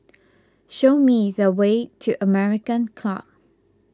show me the way to American Club